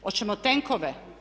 Hoćemo tenkove?